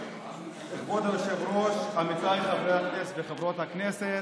כבוד היושב-ראש, עמיתיי חברי הכנסת וחברות הכנסת,